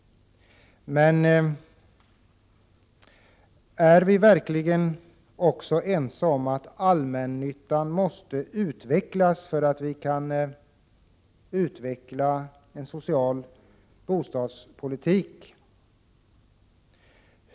Men är vi också överens om att allmännyttan måste utvecklas för att en social bostadspolitik skall kunna förverkligas?